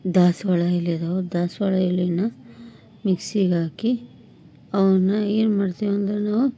ದಾಸವಾಳ ಎಲೆದು ದಾಸವಾಳ ಎಲೆನ ಮಿಕ್ಸಿಗಾಕಿ ಅವನ್ನ ಏನ್ಮಾಡ್ತೀವಂದ್ರೆ ನಾವು